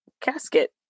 casket